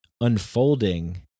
unfolding